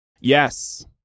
Yes